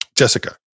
Jessica